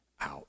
out